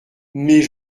mais